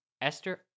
Esther